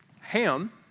Ham